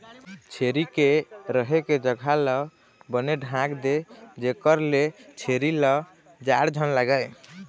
छेरी के रहें के जघा ल बने ढांक दे जेखर ले छेरी ल जाड़ झन लागय